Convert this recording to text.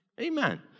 Amen